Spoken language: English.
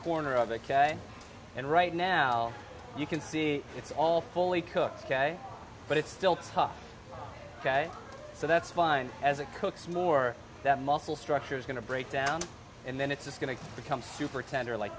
corner of the quay and right now you can see it's all fully cooked ok but it's still tough ok so that's fine as it cooks more that muscle structure is going to break down and then it's going to become super tender like